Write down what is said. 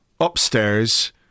upstairs